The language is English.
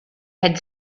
had